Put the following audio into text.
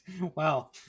Wow